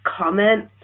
comment